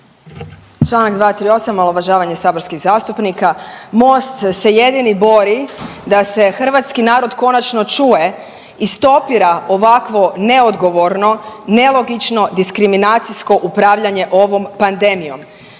Članak 238. omalovažavanje saborskih zastupnika, MOST se jedini bori da se hrvatski narod konačno čuje i stopira ovakvo neodgovorno, nelogično, diskriminacijsko upravljanje ovom pandemijom.